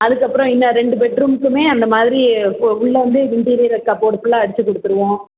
அதுக்கப்புறம் இன்னும் ரெண்டு பெட்ரூம்க்குமே அந்த மாதிரி ஓ உள்ளே வந்து இன்டீரியரு கப்போர்டு ஃபுல்லாக அடிச்சிக் கொடுத்துருவோம்